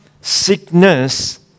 sickness